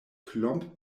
klomp